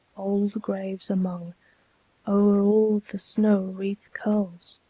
old graves among o'er all the snow-wreath curls!